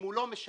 מה לא מובן?